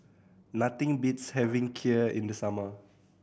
nothing beats having Kheer in the summer